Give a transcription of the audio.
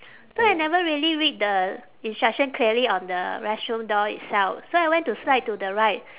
so I never really read the instruction clearly on the restroom door itself so I went to slide to the right